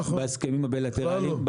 בהסכמים הבילטרליים,